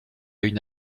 une